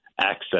access